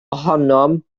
ohonom